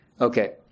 Okay